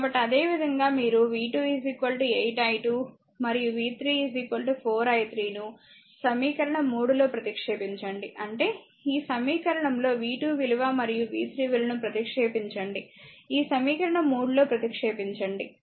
కాబట్టి అదేవిధంగా మీరు v2 8 i2 మరియు v3 4 i3 ను సమీకరణం 3 లోప్రతిక్షేపించండి అంటే ఈ సమీకరణం లో v2 విలువ మరియు v3 విలువ లను ప్రతిక్షేపించండి ఈ సమీకరణం 3 లో ప్రతిక్షేపించండి